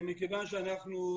מכיוון שאנחנו,